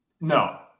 no